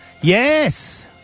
yes